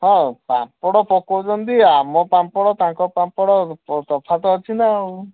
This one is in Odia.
ହଁ ପାମ୍ପଡ଼ ପକାଉଛନ୍ତି ଆମ ପାମ୍ପଡ଼ ତାଙ୍କ ପାମ୍ପଡ଼ ତ ତଫାତ ଅଛି ନାଁ ଆଉ